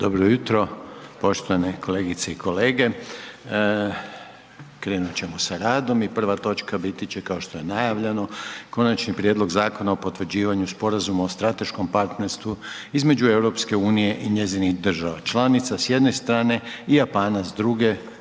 Dobro jutro, poštovane kolegice i kolege. Krenut ćemo sa radom i prva točka biti će kao što je najavljeno: - Konačni prijedlog Zakona o potvrđivanju sporazuma o strateškom partnerstvu između Europske unije i njezinih država članica, s jedne strane, i Japana, s druge,